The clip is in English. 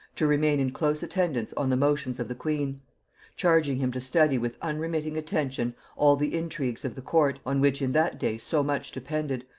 to remain in close attendance on the motions of the queen charging him to study with unremitting attention all the intrigues of the court, on which in that day so much depended,